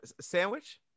sandwich